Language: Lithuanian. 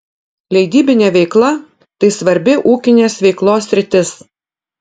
leidybinė veikla tai svarbi ūkinės veiklos sritis